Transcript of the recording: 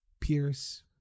Pierce